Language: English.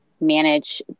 manage